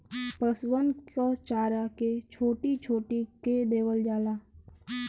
पसुअन क चारा के छोट्टी छोट्टी कै देवल जाला